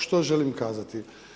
Što želim kazati?